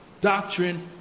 Doctrine